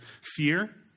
fear